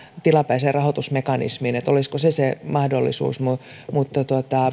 tilapäiseen rahoitusmekanismiin ja olisiko se se mahdollisuus mutta mutta